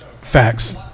Facts